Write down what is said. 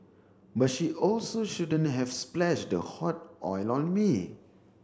but she also shouldn't have splashed the hot oil on me